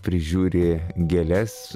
prižiūri gėles